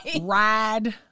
Ride